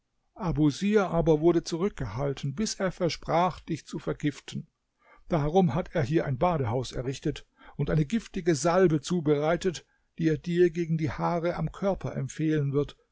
abusir aber wurde zurückgehalten bis er versprach dich zu vergiften darum hat er hier ein badehaus errichtet und eine giftige salbe zubereitet die er dir gegen die haare am körper empfehlen wird